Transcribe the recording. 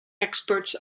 experts